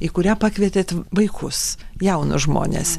į kurią pakvietėt vaikus jaunus žmones